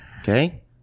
okay